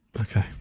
okay